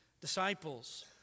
disciples